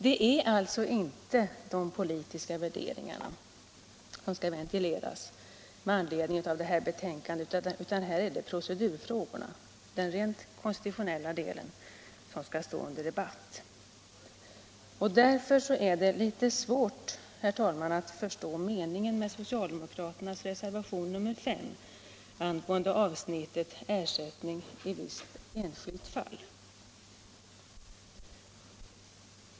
Det är alltså inte de politiska värderingarna som skall ventileras med anledning av det här betänkandet, utan här är det procedurfrågorna, den rent konstitutionella delen, som skall stå under debatt. Därför är det litet svårt att förstå meningen med socialdemokraternas reservation nr 5 angående avsnittet Ersättning i visst enskilt fall.